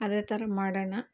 ಅದೇ ಥರ ಮಾಡೋಣ